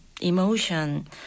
emotion